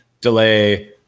delay